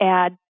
add